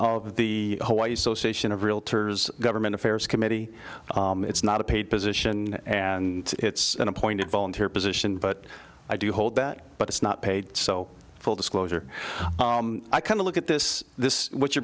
of the whole i association of realtors government affairs committee it's not a paid position and it's an appointed volunteer position but i do hold that but it's not paid so full disclosure i kind of look at this this is what you're